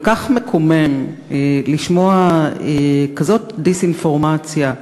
כל כך מקומם לשמוע כזאת דיסאינפורמציה,